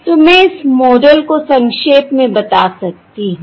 तो मैं इस मॉडल को संक्षेप में बता सकती हूं